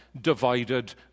divided